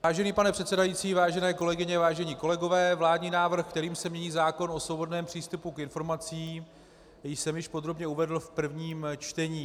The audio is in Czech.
Vážený pane předsedající, vážené kolegyně, vážení kolegové, vládní návrh, kterým se mění zákon o svobodném přístupu k informacím, jsem již podrobně uvedl v prvním čtení.